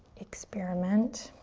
experiment.